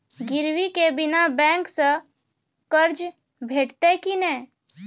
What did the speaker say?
गिरवी के बिना बैंक सऽ कर्ज भेटतै की नै?